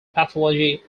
pathology